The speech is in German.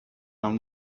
man